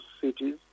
cities